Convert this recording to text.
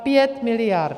Pět miliard!